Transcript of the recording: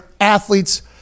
athletes